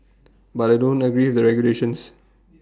but I don't agree with the regulations